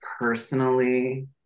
personally